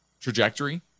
trajectory